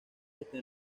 está